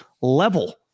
level